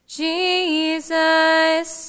jesus